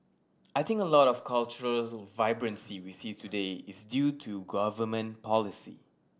I think a lot of the cultural vibrancy we see today is due to government policy